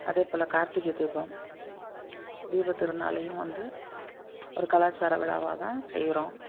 அதே போல் கார்த்திகை தீபம் தீப திருநாளையும் வந்து ஒரு கலாச்சார விழாவாக தான் செய்யிறோம்